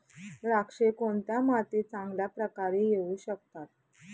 द्राक्षे कोणत्या मातीत चांगल्या प्रकारे येऊ शकतात?